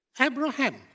Abraham